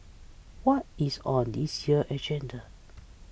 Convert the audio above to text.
what is on this year's agenda